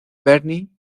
barney